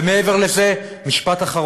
נא לסיים.